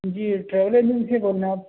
جی travel agency سے بول رہے ہیں آپ